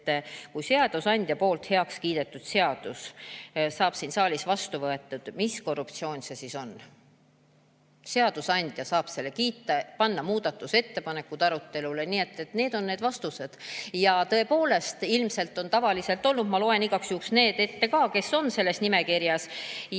et kui seadusandja on heaks kiitnud seaduse ja see saab siin saalis vastu võetud, mis korruptsioon see siis on. Seadusandja saab selle heaks kiita, panna muudatusettepanekud arutelule. Nii et need on vastused. Ja tõepoolest ilmselt on tavaliselt olnud ... Ma loen igaks juhuks need ka ette, kes on selles nimekirjas.